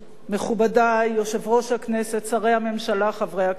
מכובדי, יושב-ראש הכנסת, שרי הממשלה, חברי הכנסת,